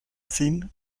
ziehen